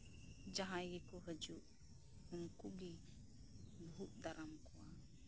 ᱡᱟᱸᱦᱟᱭ ᱜᱮᱠᱚ ᱦᱤᱡᱩᱜ ᱩᱱᱠᱩ ᱜᱮᱭ ᱵᱷᱩᱜ ᱫᱟᱨᱟᱢ ᱠᱚᱣᱟ